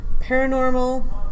paranormal